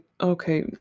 Okay